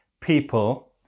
people